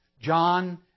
John